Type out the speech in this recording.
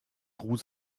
ruß